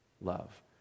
love